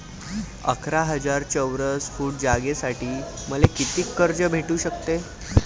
अकरा हजार चौरस फुट जागेसाठी मले कितीक कर्ज भेटू शकते?